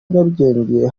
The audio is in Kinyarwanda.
nyarugenge